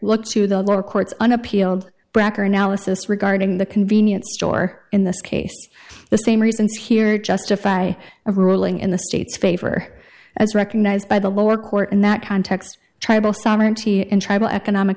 look to the lower courts on appealed brecker analysis regarding the convenience store in this case the same reasons here justify a ruling in the state's favor as recognized by the lower court in that context tribal sovereignty and tribal economic